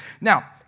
Now